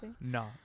No